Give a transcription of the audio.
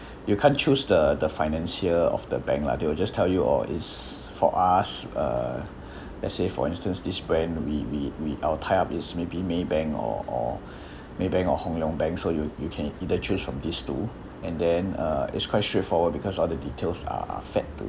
you can't choose the the financier of the bank lah they will just tell you or is for us uh let's say for instance this brand we we we our tie up his maybe maybank or or maybank or hong-leong bank so you you can either choose from these two and then uh it's quite straightforward because all the details are are fed to